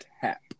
Tap